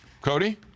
Cody